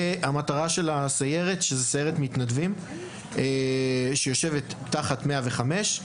סיירת המתנדבים הזו יושבת תחת 105,